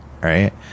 right